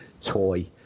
toy